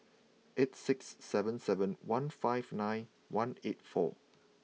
eight six seven seven one five nine one eight four